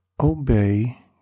obey